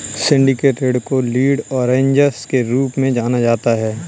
syndicated ऋण को lead arrangers के रूप में जाना जाता है